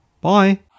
Bye